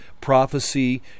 prophecy